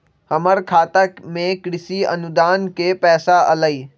हमर खाता में कृषि अनुदान के पैसा अलई?